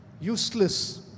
useless